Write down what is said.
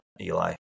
Eli